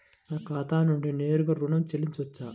నా ఖాతా నుండి నేరుగా ఋణం చెల్లించవచ్చా?